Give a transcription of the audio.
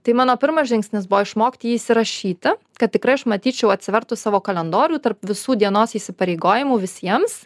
tai mano pirmas žingsnis buvo išmokti jį įsirašyti kad tikrai aš matyčiau atsivertus savo kalendorių tarp visų dienos įsipareigojimų visiems